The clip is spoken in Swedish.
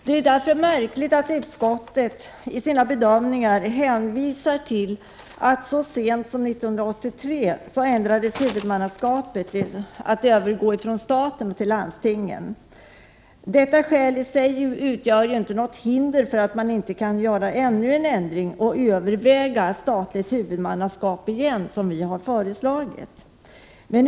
Det är därför märkligt att utskottet i sina bedömningar hänvisar till att det var så sent som 1983 huvudmannaskapet övergick från staten till landstingen. Detta skäl i sig utgör inte något hinder för att göra ännu en ändring och överväga statligt huvudmannaskap igen, som vi har föreslagit.